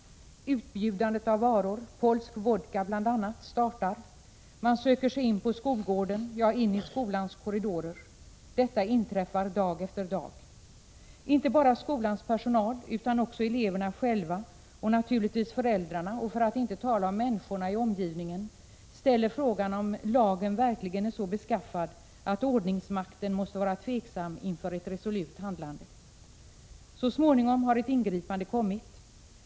Utbjudandet av varor — polsk vodka bl.a. —- startar. Man söker sig in på skolgården — ja, in i skolans korridorer. Detta inträffar dag efter dag. Inte bara skolans personal utan också eleverna själva, och naturligtvis föräldrarna, för att inte tala om människorna i omgivningen, ställer frågan om lagen verkligen är så beskaffad att ordningsmakten måste vara tveksam inför ett resolut handlande. Så småningom har ett ingripande kommit.